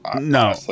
No